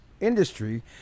industry